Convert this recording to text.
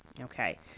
okay